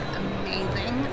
amazing